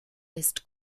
ist